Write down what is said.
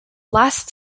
last